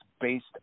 based